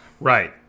Right